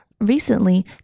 Recently